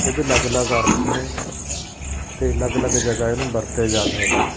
ਇਹਦੇ ਅਲੱਗ ਅਲੱਗ ਅਰਥ ਨੇ ਅਤੇ ਅਲੱਗ ਅਲੱਗ ਜਗ੍ਹਾ ਇਹਨੂੰ ਵਰਤਿਆ ਜਾ ਸਕਦਾ ਹੈ